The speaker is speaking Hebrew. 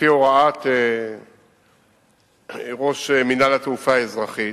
לפי הוראת ראש מינהל התעופה האזרחית,